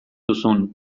duzun